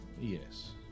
Yes